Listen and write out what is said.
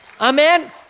Amen